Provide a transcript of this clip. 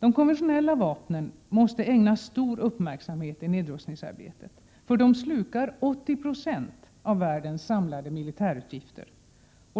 De konventionella vapnen måste ägnas stor uppmärksamhet i nedrust ningsarbetet. De slukar 80 96 av världens samlade militärutgifter.